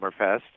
Summerfest